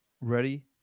Ready